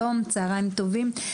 שלום, צוהריים טובים.